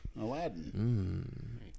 Aladdin